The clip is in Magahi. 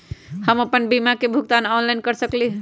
हम अपन बीमा के भुगतान ऑनलाइन कर सकली ह?